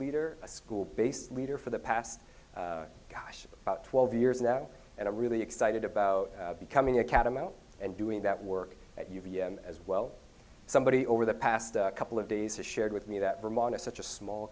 leader a school based leader for the past gosh about twelve years now and i'm really excited about becoming a catamount and doing that work at uva as well somebody over the past couple of days has shared with me that vermont is such a small